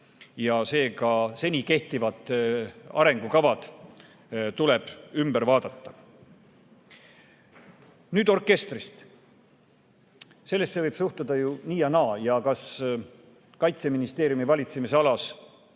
Seega, seni kehtivad arengukavad tuleb ümber vaadata. Nüüd orkestrist. Sellesse võib ju suhtuda nii ja naa. Kas Kaitseministeeriumi valitsemisalas